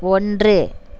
ஒன்று